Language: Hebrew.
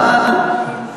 אדוני שר הפנים.